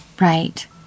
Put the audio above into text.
Right